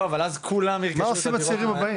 לא, אבל אז כולם ירכשו את הדירות האלו.